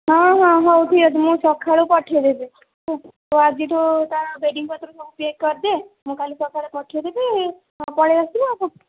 ହଁ ହଁ ହଉ ଠିକ୍ଅଛି ମୁଁ ସକାଳୁ ପଠାଇଦେବି ତୁ ଆଜିଠୁ ତା ବେଡ଼ିଂ ପତ୍ର ସବୁ ପ୍ୟାକ୍ କରିଦେ ମୁଁ କାଲି ସକାଳେ ପଠାଇଦେବି ହଁ ପଳାଇଆସିବୁ ଆଉ କ'ଣ